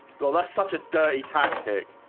well, that's such a dirty tactic